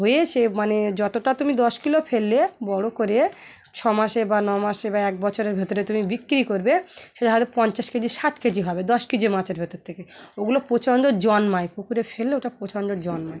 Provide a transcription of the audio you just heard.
হয়ে সে মানে যতটা তুমি দশ কিলো ফেললে বড়ো করে ছ মাসে বা ন মাসে বা এক বছরের ভেতরে তুমি বিক্রি করবে সেটা হয়তো পঞ্চাশ কেজি ষাট কেজি হবে দশ কেজি মাছের ভেতর থেকে ওগুলো প্রচণ্ড জন্মায় পুকুরে ফেললে ওটা প্রচণ্ড জন্মায়